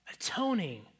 atoning